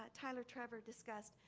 ah tyler trevor discussed,